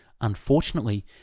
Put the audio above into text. Unfortunately